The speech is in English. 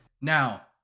Now